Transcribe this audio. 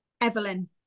Evelyn